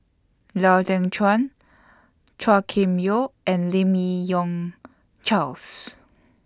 Lau Teng Chuan Chua Kim Yeow and Lim Yi Yong Charles